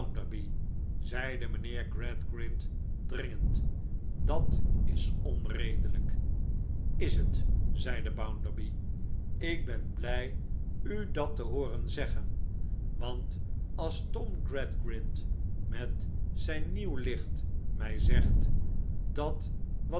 mijnheer gradgrind dringend dat is onredelijk is het zeide bounderby ik ben blij u dat te hooren zeggen want als tom gradgrind met zijn nieuw licht mij zegt dat wat